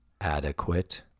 Adequate